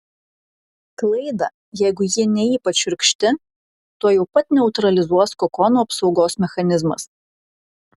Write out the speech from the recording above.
klaidą jeigu ji ne ypač šiurkšti tuojau pat neutralizuos kokono apsaugos mechanizmas